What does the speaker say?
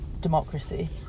democracy